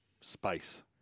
space